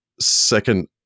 second